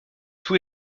tous